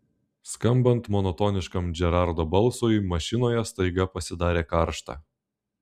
skambant monotoniškam džerardo balsui mašinoje staiga pasidarė karšta